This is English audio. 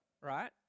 right